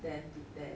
ten to ten